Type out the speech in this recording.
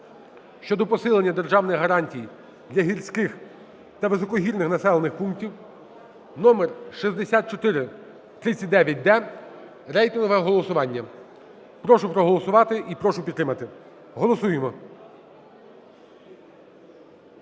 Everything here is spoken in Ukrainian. щодо посилення державний гарантій для гірських та високогірних населених пунктів (№ 6439-д). Рейтингове голосування. Прошу проголосувати і прошу підтримати. Голосуємо.